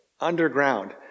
underground